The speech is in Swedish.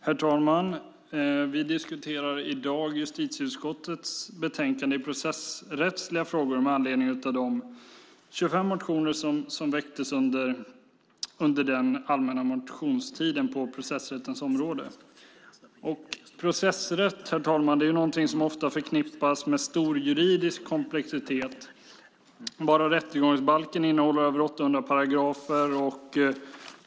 Herr talman! I dag diskuterar vi justitieutskottets betänkande Processrättsliga frågor med anledning av de 25 motioner som väcktes under den allmänna motionstiden på processrättens område. Processrätt är någonting som ofta förknippas med stor juridisk komplexitet. Bara rättegångsbalken innehåller över 800 paragrafer.